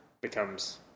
becomes